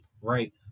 right